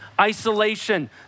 isolation